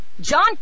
John